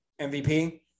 MVP